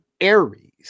Aries